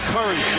Curry